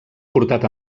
portat